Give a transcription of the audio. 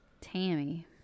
Tammy